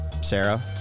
Sarah